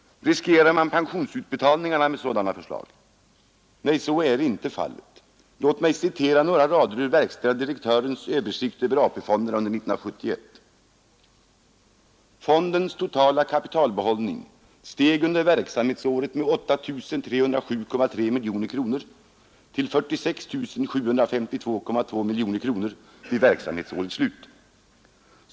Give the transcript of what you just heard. Riskerar man pensionsutbetalningarna med ett sådant förslag? Nej, så är inte fallet. Låt mig citera några rader ur verkställande direktörens översikt över AP-fonderna under 1971: ”Fondens totala kapitalbehållning ——— steg under verksamhetsåret med 8 307,3 mkr. till 46 752,2 mkr. vid verksamhetsårets slut.